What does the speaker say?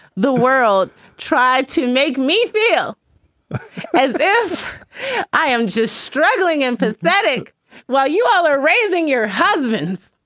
the world try to make me feel as if i am just struggling, empathetic while you all are raising your husband?